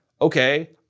Okay